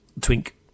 twink